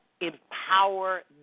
empower